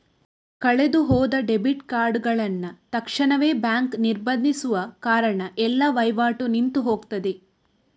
ಕಳೆದು ಹೋದ ಡೆಬಿಟ್ ಕಾರ್ಡುಗಳನ್ನ ತಕ್ಷಣವೇ ಬ್ಯಾಂಕು ನಿರ್ಬಂಧಿಸುವ ಕಾರಣ ಎಲ್ಲ ವೈವಾಟು ನಿಂತು ಹೋಗ್ತದೆ